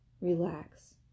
relax